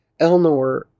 Elnor